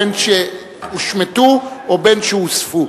בין שהושמטו בין שהוספו.